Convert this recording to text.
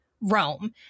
Rome